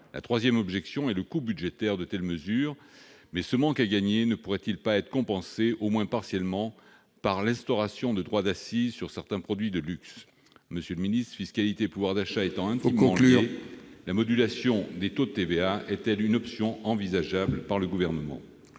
La troisième objection est le coût budgétaire de telles mesures, mais ce manque à gagner ne pourrait-il pas être compensé, au moins partiellement, par l'instauration de droits d'accises sur certains produits de luxe ? Fiscalité et pouvoir d'achat étant intimement liés, ... Il faut conclure !... la modulation des taux de TVA est-elle une option envisageable par le Gouvernement ?